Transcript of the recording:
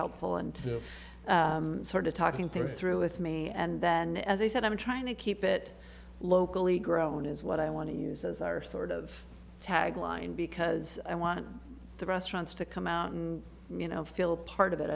helpful and sort of talking things through with me and then as i said i'm trying to keep it locally grown is what i want to use as our sort of tag line because i want the restaurants to come out and you know feel a part of it